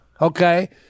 okay